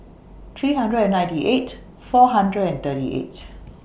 three hundred and ninety eight four hundred and thirty eight